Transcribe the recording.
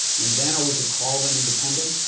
and then are we to call them independent?